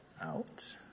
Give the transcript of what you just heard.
out